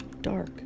dark